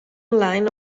line